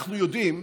אנחנו יודעים,